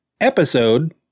episode